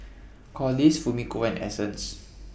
Corliss Fumiko and Essence